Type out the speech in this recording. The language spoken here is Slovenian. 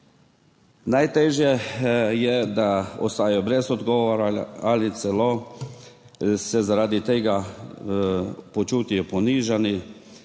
Najtežje je, da ostajajo brez odgovora ali se celo zaradi tega počutijo ponižani.